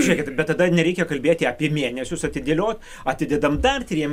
žiūrėkit bet tada nereikia kalbėti apie mėnesius atidėliot atidedam dar triem